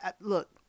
look